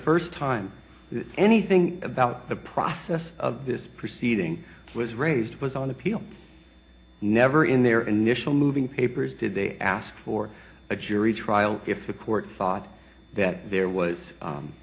first time anything about the process of this proceeding was raised it was on appeal never in their initial moving papers did they ask for a jury trial if the court thought that there was